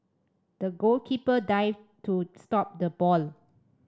the goalkeeper dived to stop the ball